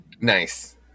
Nice